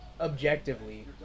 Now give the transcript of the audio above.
objectively